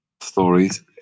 stories